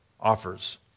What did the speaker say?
offers